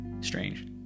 strange